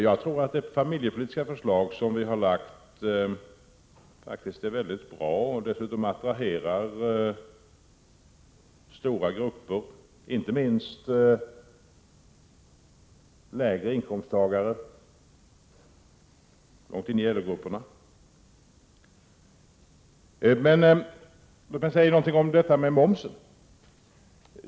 Jag tror att det familjepolitiska förslag som de tre borgerliga partierna har lagt fram faktiskt är mycket bra och dessutom attraherar stora grupper, inte minst låginkomsttagare, även inom LO-grupperna. Låt mig säga någonting om momsen.